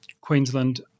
Queensland